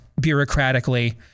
bureaucratically